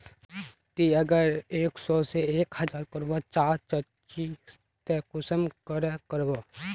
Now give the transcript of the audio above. ती अगर एक सो से एक हजार करवा चाँ चची ते कुंसम करे करबो?